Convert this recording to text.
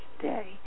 day